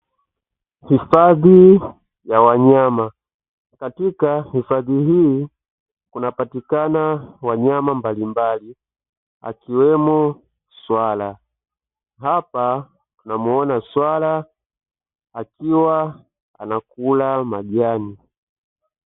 Hifadhi ya wanyama katika hifadhi hii kunapatikana wanyama mbalimbali akiwemo swala, hapa tunamuona swala akiwa anakula majani.